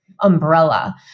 umbrella